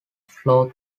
flow